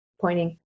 pointing